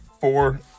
four